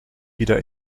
wieder